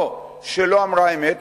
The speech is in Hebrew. או שלא אמרה אמת,